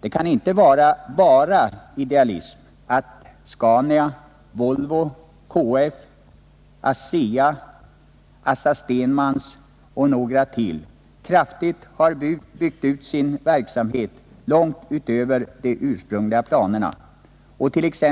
Det kan inte vara bara idealism att Scania, Volvo, KF, Asea, ASSA-Stenmans och några till kraftigt har byggt ut sin verksamhet långt utöver de ursprungliga planerna och att t.ex.